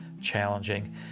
challenging